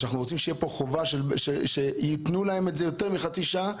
אנחנו רוצים שתהיה פה חובה לתת להם יותר מחצי שעה.